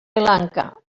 lanka